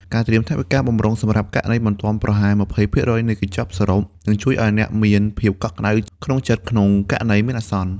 ការត្រៀមថវិកាបម្រុងសម្រាប់ករណីបន្ទាន់ប្រហែល ២០ ភាគរយនៃកញ្ចប់សរុប នឹងជួយឱ្យអ្នកមានភាពកក់ក្តៅក្នុងចិត្តក្នុងករណីមានអាសន្ន។